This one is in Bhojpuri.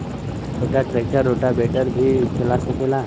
छोटा ट्रेक्टर रोटावेटर भी चला सकेला?